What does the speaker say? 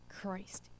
Christ